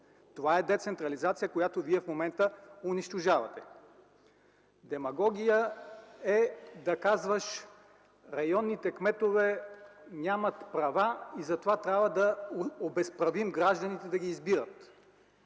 Това е децентрализация, която в момента вие унищожавате. Демагогия е да казваш, че районните кметове нямат права и затова трябва да обезправим гражданите да ги избират.